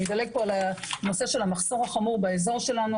אני אדלג פה על הנושא של המחסור החמור באזור שלנו,